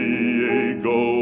Diego